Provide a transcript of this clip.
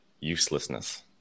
uselessness